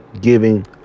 giving